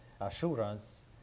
assurance